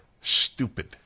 stupid